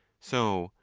so,